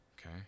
okay